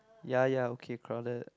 ya ya okay crowded